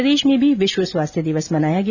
प्रदेश में भी विश्व स्वास्थ्य दिवस मनाया गया